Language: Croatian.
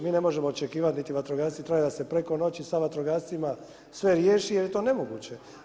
Mi ne možemo očekivati niti vatrogasce, to je da se preko noći sa vatrogascima sve riješi, jer je to nemoguće.